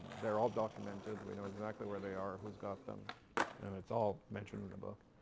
they're all documented. we know exactly where they are, who's got them and it's all mentioned in the book.